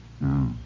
No